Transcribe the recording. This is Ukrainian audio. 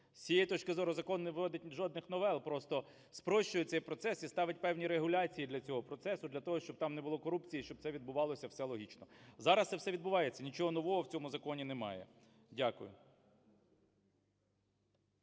З цієї точки зору закон не вводить жодних новел, просто спрощує цей процес і ставить певні регуляції для цього процесу, для того, щоб там не було корупції і щоб це відбувалося все логічно. Зараз це все відбувається, нічого нового в цьому законі немає. Дякую.